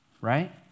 right